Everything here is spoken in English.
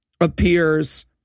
appears